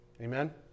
Amen